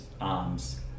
arms